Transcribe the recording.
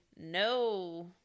no